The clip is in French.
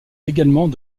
également